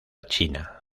china